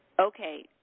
Okay